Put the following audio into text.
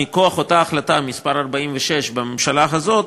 מכוח אותה החלטה מס' 46 של הממשלה הזאת,